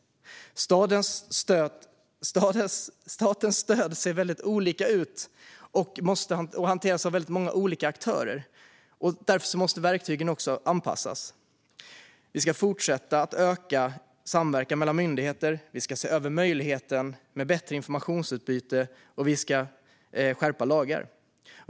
Statens stöd ser väldigt olika ut och hanteras av många olika aktörer, och därför måste verktygen anpassas. Vi ska fortsätta att öka samverkan mellan myndigheter, vi ska se över möjligheten till bättre informationsutbyte och vi ska skärpa lagar.